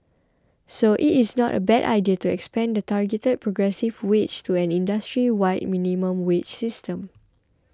so it is not a bad idea to expand the targeted progressive wage to an industry wide minimum wage system